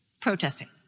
Protesting